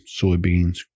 soybeans